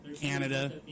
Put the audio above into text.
Canada